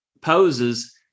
poses